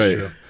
right